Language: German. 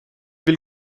will